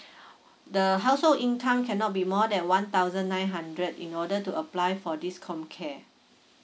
the household income cannot be more than one thousand nine hundred in order to apply for this comcare